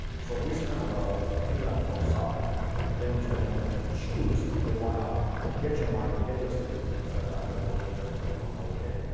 so this kind of a thing that pops up for them to then choose if they want to get your marketing, get your speeches, et cetera, and then you have to just click on okay.